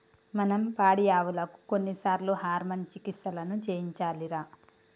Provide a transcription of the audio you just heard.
మనం పాడియావులకు కొన్నిసార్లు హార్మోన్ చికిత్సలను చేయించాలిరా